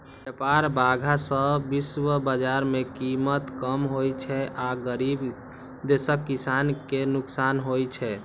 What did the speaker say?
व्यापार बाधा सं विश्व बाजार मे कीमत कम होइ छै आ गरीब देशक किसान कें नुकसान होइ छै